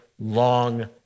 long